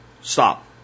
stop